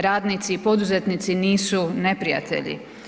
Radnici i poduzetnici nisu neprijatelji.